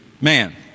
man